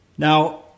Now